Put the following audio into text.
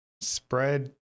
spread